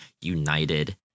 United